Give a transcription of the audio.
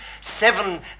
seven